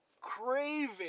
craving